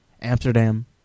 Amsterdam